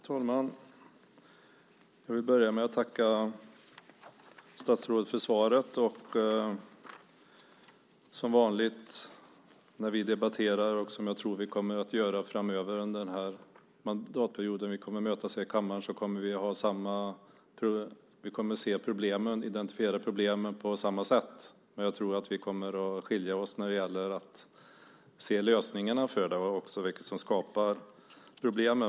Fru talman! Jag vill börja med att tacka statsrådet för svaret. Som vanligt identifierar vi problemen på samma sätt, och jag tror att vi kommer att göra det när vi möts i kammaren och debatterar framöver under den här mandatperioden. Men jag tror att vi kommer att skilja oss när det gäller att se lösningarna på problemen och vad som skapar dem.